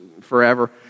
forever